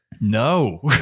No